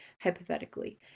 hypothetically